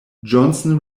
johnson